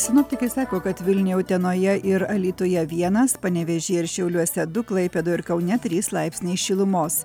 sinoptikai sako kad vilniuje utenoje ir alytuje vienas panevėžyje ir šiauliuose du klaipėdoje ir kaune trys laipsniai šilumos